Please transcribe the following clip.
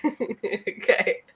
Okay